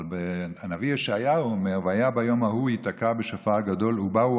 אבל הנביא ישעיהו אומר: "והיה ביום ההוא יתקע בשופר גדול ובאו